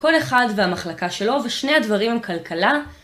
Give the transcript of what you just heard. כל אחד והמחלקה שלו, ושני הדברים עם כלכלה.